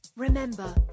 Remember